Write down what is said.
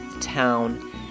town